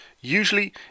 Usually